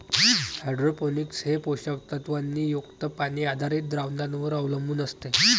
hydroponics हे पोषक तत्वांनी युक्त पाणी आधारित द्रावणांवर अवलंबून असते